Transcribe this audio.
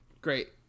Great